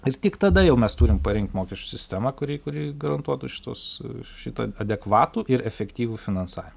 ir tik tada jau mes turim parinkt mokesčių sistemą kuri kuri garantuotų šituos šitą adekvatų ir efektyvų finansavim